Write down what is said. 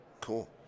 Cool